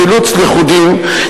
חילוץ לכודים,